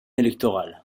électorale